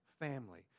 family